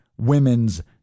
Women's